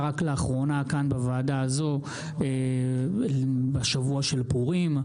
רק לאחרונה כאן בוועדה הזו בשבוע של פורים.